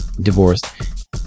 divorced